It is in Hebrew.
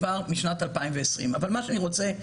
כבר משנת 2020 אנחנו לא מעבירים עודפים.